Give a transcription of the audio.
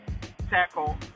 tackle